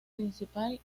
principal